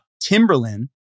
Timberland